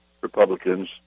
Republicans